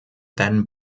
then